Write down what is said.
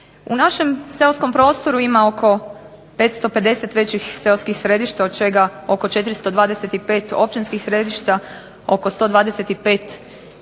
U našem seoskom prostoru ima oko 550 većih seoskih središta od čega oko 425 općinskih središta, oko 125 manjih